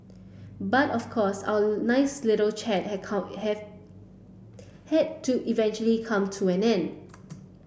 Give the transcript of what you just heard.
but of course our nice little chat have had to eventually come to an end